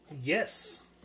yes